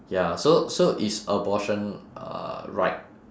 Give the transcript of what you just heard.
ya so so is abortion uh right